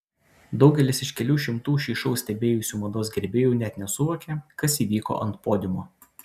daugelis iš kelių šimtų šį šou stebėjusių mados gerbėjų net nesuvokė kas įvyko ant podiumo